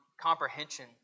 comprehension